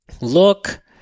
look